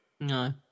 No